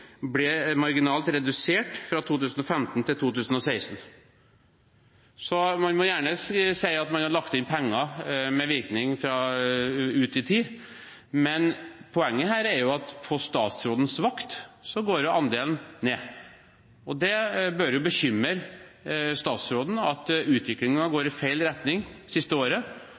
ble marginalt redusert fra 2015 til 2016. Man må gjerne si at man har lagt inn penger med virkning fra ut i tid, men poenget her er at på statsrådens vakt går andelen ned, og det bør bekymre statsråden at utviklingen har gått i feil retning det siste året.